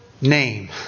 name